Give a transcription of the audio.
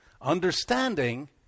Understanding